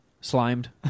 Slimed